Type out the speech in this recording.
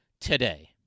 today